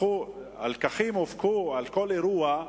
הלקחים הופקו על כל אירוע,